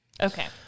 Okay